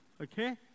okay